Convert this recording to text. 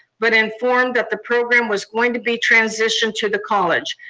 but informed that the program was going to be transitioned to the college.